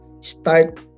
start